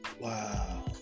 Wow